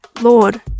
Lord